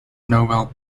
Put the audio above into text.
nobel